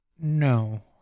No